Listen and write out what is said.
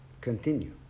continue